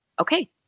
Okay